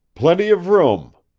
plenty of room,